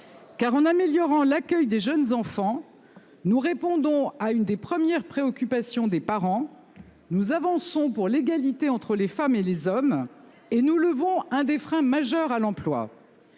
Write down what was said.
Car en améliorant l'accueil des jeunes enfants. Nous répondons à une des premières préoccupations des parents. Nous avançons pour l'égalité entre les femmes et les hommes et nous levons un des freins majeurs à l'emploi.